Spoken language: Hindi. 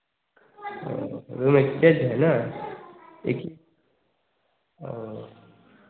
रूम ऐटेच है ना